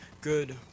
good